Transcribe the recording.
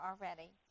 already